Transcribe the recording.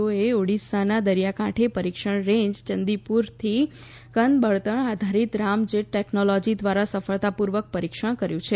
ઓ એ ઓડિશાના દરિયાકાંઠે પરીક્ષણ રેંજ ચંદીપુરથી ઘન બળતણ આધારિત રામજેટ ટેકનોલોજી દ્વારા સફળતાપૂર્વક પરિક્ષણ કર્યું છે